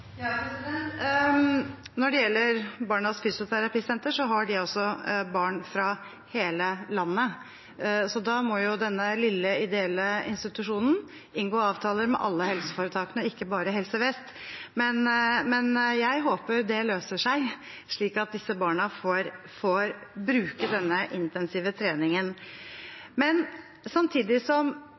Når det gjelder Barnas Fysioterapisenter, har de altså barn fra hele landet, så da må jo denne lille ideelle institusjonen inngå avtaler med alle helseforetakene og ikke bare Helse Vest. Men jeg håper det løser seg, slik at disse barna får bruke denne intensive treningen. Men samtidig som